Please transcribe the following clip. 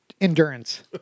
Endurance